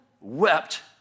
wept